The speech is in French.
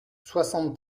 soixante